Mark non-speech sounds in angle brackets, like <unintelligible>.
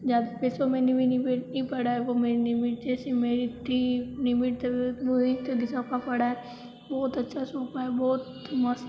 ज़्यादा पैसों में <unintelligible> निय पड़ा है वो <unintelligible> सब का पड़ा है बहुत अच्छा सोफ़ा है बहुत मस्त